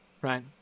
right